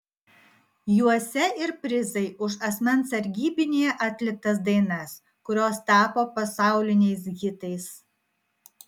juose ir prizai už asmens sargybinyje atliktas dainas kurios tapo pasauliniais hitais